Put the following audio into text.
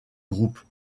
groupe